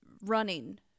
running